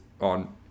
on